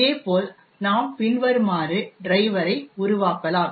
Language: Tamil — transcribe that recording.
இதேபோல் நாம் பின்வருமாறு டிரைவரை உருவாக்கலாம்